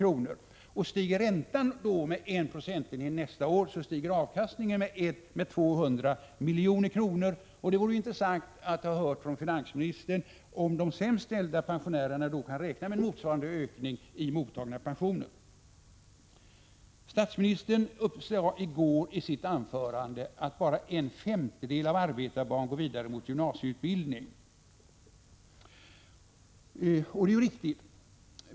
Om räntan stiger med 1 procentenhet nästa år, då ökar avkastningen med 200 milj.kr. Det vore intressant att få höra av finansministern om de sämst ställda pensionärerna då kan räkna med en motsvarande ökning av mottagna pensioner. Statsministern sade i sitt anförande i går att bara en femtedel av arbetarbarnen går vidare mot gymnasieutbildning. Det är riktigt.